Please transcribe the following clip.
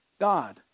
God